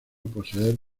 poseer